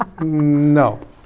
no